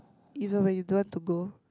even when you don't want to go